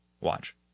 Watch